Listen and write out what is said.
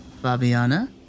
Fabiana